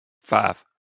five